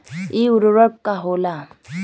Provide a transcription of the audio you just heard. इ उर्वरक का होला?